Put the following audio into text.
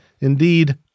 Indeed